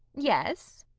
yes.